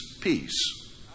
peace